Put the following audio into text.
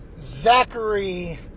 Zachary